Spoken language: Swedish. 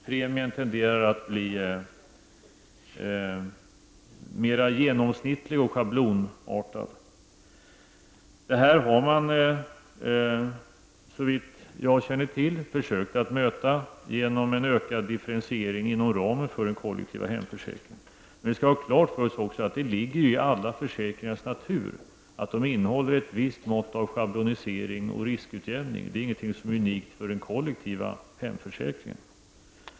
Premierna tenderar att bli mera genomsnittliga och schablonartade. Här har man, såvitt jag känner till, försökt möta problemet genom en ökad differentiering inom ramen för den kollektiva hemförsäkringen. Vi skall ha klart för oss att det i alla försäkringars natur ligger att försäkringen innehåller ett visst mått av schablonisering och riskutjämning. Det är inte någonting unikt för den kollektiva hemförsäkringen.